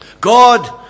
God